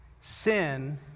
Sin